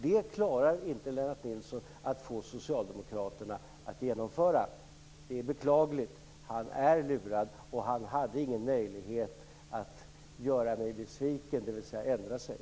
Det klarar inte Lennart Nilsson att få Socialdemokraterna att genomföra. Det är beklagligt. Han är lurad, och han hade ingen möjlighet att göra mig besviken, dvs. ändra sig.